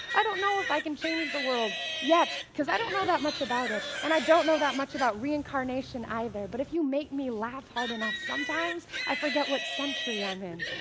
i don't know if i can change the world yet, because i don't know that much about it and i don't know that much about reincarnation either, but if you make me laugh hard enough, sometimes i forget what century i'm in.